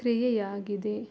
ಕ್ರಿಯೆಯಾಗಿದೆ